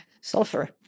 sulfur